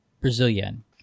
brazilian